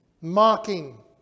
mocking